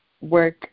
work